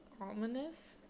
Ominous